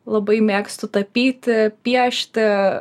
labai mėgstu tapyti piešti